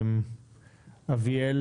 אביאל